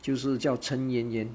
就是叫陈圆圆